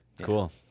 Cool